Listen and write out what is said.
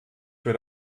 für